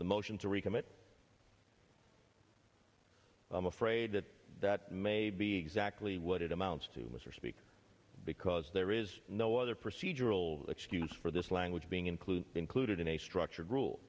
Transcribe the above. the motion to recommit i'm afraid that that may be exactly what it amounts to mr speaker because there is no other procedural excuse for this language being included included in a structured rule